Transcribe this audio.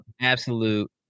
absolute